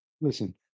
Listen